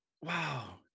wow